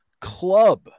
club